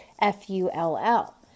F-U-L-L